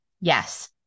Yes